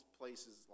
places